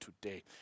today